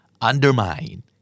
Undermine